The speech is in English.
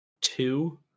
two